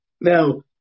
Now